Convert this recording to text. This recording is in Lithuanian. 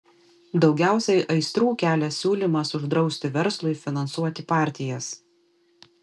daugiausiai aistrų kelia siūlymas uždrausti verslui finansuoti partijas